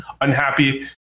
unhappy